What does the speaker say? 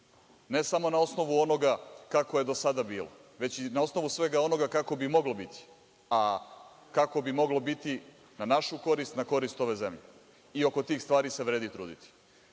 ne samo na osnovu onoga kako je do sada bilo, već i na osnovu svega onoga kako bi moglo biti. Kako bi moglo biti na našu korist, na korist ove zemlje i oko tih stvari se vredi truditi. Želeo